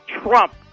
Trump